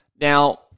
Now